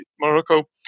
Morocco